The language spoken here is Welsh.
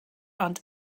ond